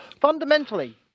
Fundamentally